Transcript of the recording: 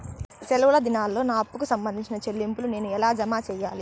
సెలవు దినాల్లో నా అప్పుకి సంబంధించిన చెల్లింపులు నేను ఎలా జామ సెయ్యాలి?